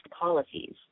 policies